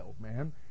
man